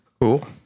Cool